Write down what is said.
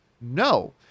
No